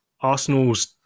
Arsenal's